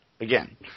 Again